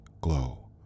glow